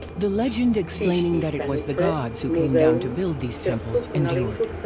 the legend explaining that it was the gods who came down to build these temples endured.